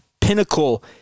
pinnacle